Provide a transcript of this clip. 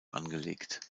angelegt